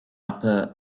upper